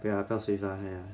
!aiya! 不要 switch lah !aiya!